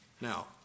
Now